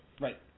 Right